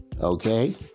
okay